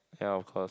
ya of course